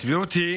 הסבירות היא